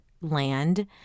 land